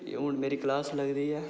हून मेरी क्लास लगदी ऐ